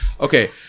Okay